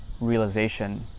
realization